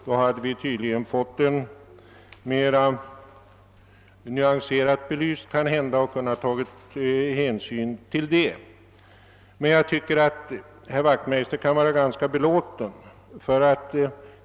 Då hade vi kanske fått den mera nyanserat belyst och kanhända kunnat ta hänsyn till det. Jag tycker dock att herr Wachtmeister borde vara ganska belåten.